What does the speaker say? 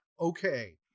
okay